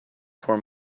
for